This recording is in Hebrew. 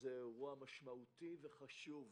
זה אירוע משמעותי וחשוב.